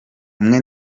umwe